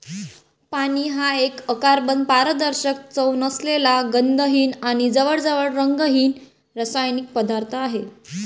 पाणी हा एक अकार्बनी, पारदर्शक, चव नसलेला, गंधहीन आणि जवळजवळ रंगहीन रासायनिक पदार्थ आहे